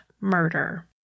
murder